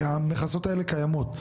כי המכסות האלה קיימות.